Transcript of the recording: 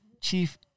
chief